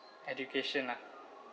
education lah